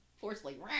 Forcefully